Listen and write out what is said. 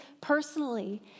personally